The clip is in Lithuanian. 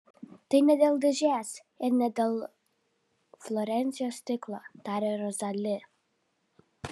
tai ne dėl dėžės ir ne dėl florencijos stiklo tarė rozali